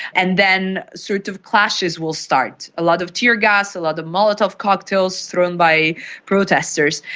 and then sort of clashes will start. a lot of tear gas, a lot of molotov cocktails thrown by protesters.